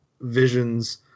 visions